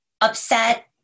upset